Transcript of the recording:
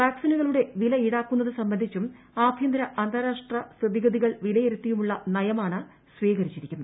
വാക ്സിനുകളുടെ വില ഈടക്കുന്നത് സംബന്ധിച്ചും ആഭ്യന്തര അന്താരാഷ്ട്ര സ്ഥിതിഗതികൾ വിലയിരുത്തിയുമുള്ള നയമാണ് സ്വീകരിച്ചിരിക്കുന്നത്